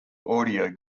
audio